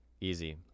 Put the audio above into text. Easy